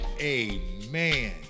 amen